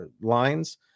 lines